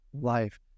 life